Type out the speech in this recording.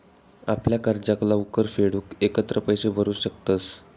आपल्या कर्जाक लवकर फेडूक एकत्र पैशे भरू शकतंस